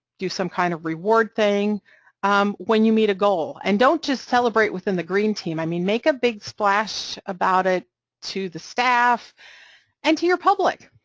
do some kind of reward thing um when you meet a goal, and don't just celebrate within the green team, i mean, make a big splash about it to the staff and to your public,